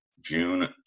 June